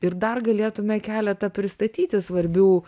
ir dar galėtume keletą pristatyti svarbių